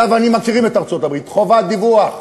אתה ואני מכירים את ארצות-הברית, חובת דיווח.